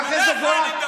סנדוויצ'ים וציוד.